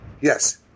Yes